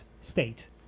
state